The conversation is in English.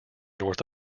north